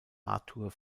artur